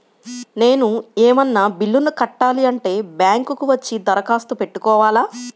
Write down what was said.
నేను ఏమన్నా బిల్లును కట్టాలి అంటే బ్యాంకు కు వచ్చి దరఖాస్తు పెట్టుకోవాలా?